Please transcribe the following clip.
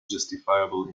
justifiable